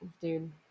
Dude